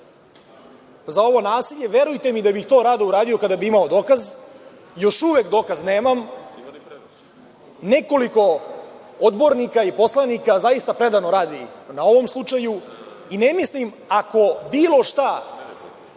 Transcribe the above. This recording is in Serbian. za ovo nasilje. Verujte mi da bih to rado uradio kada bih imao dokaz. Još uvek dokaz nemam. Nekoliko odbornika i poslanika zaista predano radi na ovom slučaju i mislim ako bilo šta